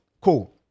cool